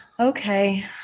Okay